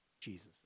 Jesus